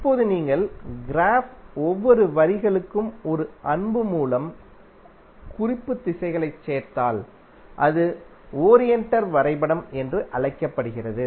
இப்போது நீங்கள் க்ராஃப் ஒவ்வொரு வரிகளுக்கும் ஒரு அம்பு மூலம் குறிப்பு திசைகளைச் சேர்த்தால் அது ஓரியண்டட் வரைபடம் என்று அழைக்கப்படுகிறது